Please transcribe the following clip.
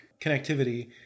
connectivity